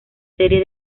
serie